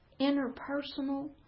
interpersonal